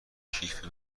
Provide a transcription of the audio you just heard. کیف